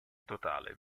totale